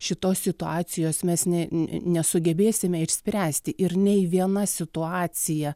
šitos situacijos mes ne nesugebėsime išspręsti ir nei viena situacija